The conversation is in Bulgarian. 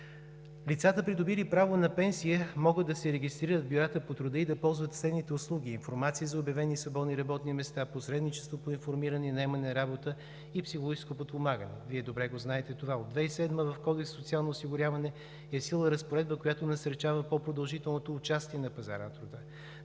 Лицата, придобили право на пенсия, могат да се регистрират в бюрата по труда и да ползват следните услуги: информация за обявени свободни работни места, посредничество по информиране и наемане на работа и психологическо подпомагане. Вие добре го знаете това. От 2007 г. в Кодекса за социално осигуряване е в сила разпоредба, която насърчава по-продължителното участие на пазара на труда